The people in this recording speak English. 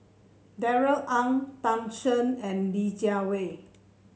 Darrell Ang Tan Shen and Li Jiawei